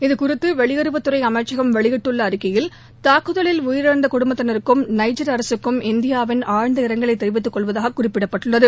இது குறித்து வெளியுறவுத்துறை அமைச்சகம் வெளியிட்டுள்ள அறிக்கையில் தூக்குதலில் உயிரிழந்த குடும்பத்தினருக்கும் நைஜர் அரகக்கும் இந்தியாவின் ஆழ்ந்த இரங்கலை தெரிவித்துக் கொள்வதாக குறிப்பிடப்பட்டுள்ளது